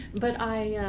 but i,